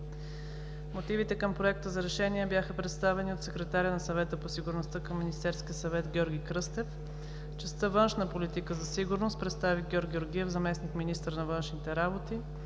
Мотивите към Проекта за решение бяха представени от секретаря на Съвета по сигурността към Министерския съвет Георги Кръстев. Частта „Външна политика за сигурност“ представи Георг Георгиев, заместник-министър на външните работи.